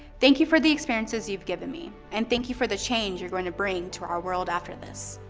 thank you for the experiences you've given me. and thank you for the change you're gonna bring to our world after this.